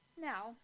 Now